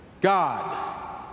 God